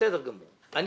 זאת